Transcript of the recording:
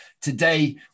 today